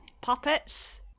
puppets